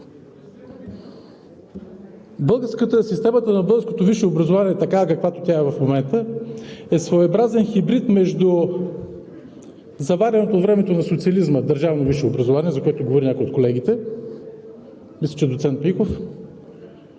Второ, системата на българското висше образование такава, каквато е тя в момента, е своеобразен хибрид между заварено по времето на социализма държавно висше образование, за което говори някой от колегите – мисля, че доцент Миков,